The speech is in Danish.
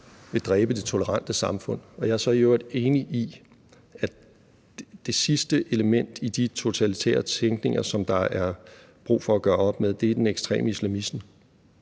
vil dræbe det tolerante samfund. Jeg er så i øvrigt enig i, at det sidste element i de totalitære tænkninger, der er brug for at gøre op med, er den ekstreme islamisme,